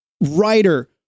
writer